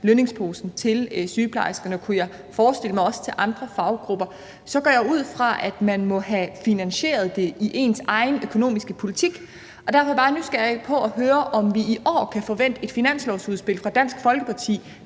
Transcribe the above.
lønningsposen til sygeplejerskerne og, kunne jeg forestille mig, også til andre faggrupper, så går jeg ud fra, at man må have finansieret det i ens egen økonomiske politik. Og derfor er jeg bare nysgerrig efter at høre, om vi i år kan forvente et finanslovsudspil fra Dansk Folkeparti.